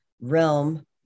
realm